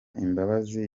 imbabazi